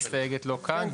המסתייגת לא כאן,